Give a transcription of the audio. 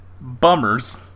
bummers